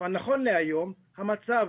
נכון להיום, המצב